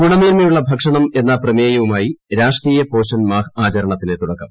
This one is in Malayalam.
ഗുണമേന്മയുള്ള ഭക്ഷണം എന്ന പ്രമേയവുമായി രാഷ്ട്രീയ പോഷൺ മാഹ് ആചരണത്തിന് തുടക്കം